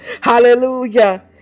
hallelujah